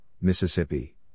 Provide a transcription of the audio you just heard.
Mississippi